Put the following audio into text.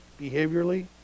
behaviorally